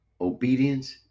obedience